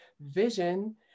vision